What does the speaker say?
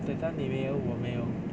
that time 妳没有我没有